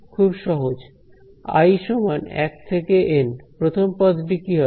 খুব সহজ আই সমান 1 থেকে N প্রথম পদটি কি হবে